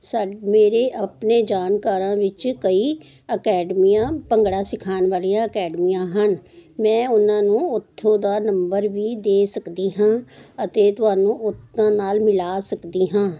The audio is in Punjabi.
ਸਾ ਮੇਰੇ ਆਪਣੇ ਜਾਣਕਾਰਾਂ ਵਿੱਚ ਕਈ ਅਕੈਡਮੀਆਂ ਭੰਗੜਾ ਸਿਖਾਉਣ ਵਾਲੀਆਂ ਅਕੈਡਮੀਆਂ ਹਨ ਮੈਂ ਉਹਨਾਂ ਨੂੰ ਉਥੋਂ ਦਾ ਨੰਬਰ ਵੀ ਦੇ ਸਕਦੀ ਹਾਂ ਅਤੇ ਤੁਹਾਨੂੰ ਓਹਨਾਂ ਨਾਲ ਮਿਲਾ ਸਕਦੀ ਹਾਂ